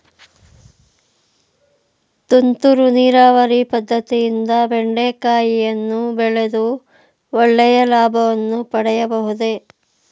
ತುಂತುರು ನೀರಾವರಿ ಪದ್ದತಿಯಿಂದ ಬೆಂಡೆಕಾಯಿಯನ್ನು ಬೆಳೆದು ಒಳ್ಳೆಯ ಲಾಭವನ್ನು ಪಡೆಯಬಹುದೇ?